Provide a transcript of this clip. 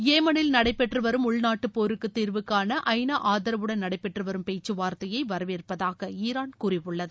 ஏமளில் நடைபெற்றுவரும் உள்நாட்டு போருக்கு தீர்வுகாண ஐநா நடைபெற்றுவரும் பேச்சுவார்த்தையை வரவேற்பதாக ஈரான் கூறியுள்ளது